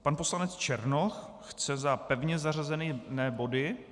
Pan poslanec Černoch chce za pevně zařazené body...